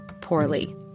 poorly